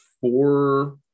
four